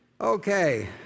Okay